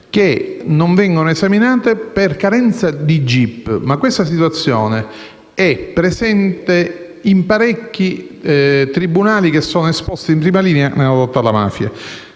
che non vengono esaminate per carenza di gip. Ma questa situazione è presente in parecchi tribunali che sono esposti in prima linea nella lotta alla mafia.